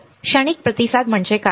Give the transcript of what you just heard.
क्षणिक प्रतिसाद म्हणजे काय